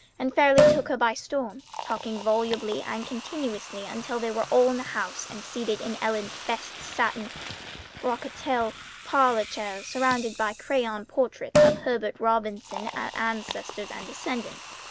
and fairly took her by storm, talking volubly and continuously until they were all in the house and seated in ellen's best satin brocatelle parlor chairs, surrounded by crayon portraits of herbert robinson's ancestors and descendants.